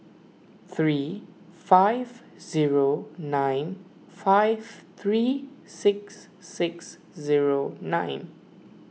three five zero nine five three six six zero nine